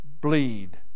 bleed